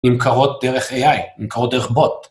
נמכרות דרך AI, נמכרות דרך בוט.